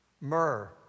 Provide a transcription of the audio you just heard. myrrh